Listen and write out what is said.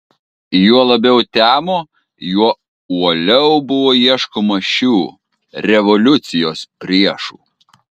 juo labiau temo juo uoliau buvo ieškoma šių revoliucijos priešų